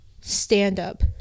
stand-up